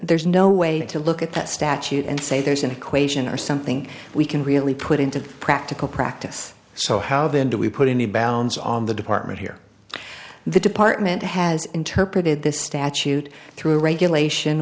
there's no way to look at that statute and say there's an equation or something we can really put into the practical practice so how then do we put in the bounds on the department here the department has interpreted this statute through regulation